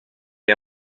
est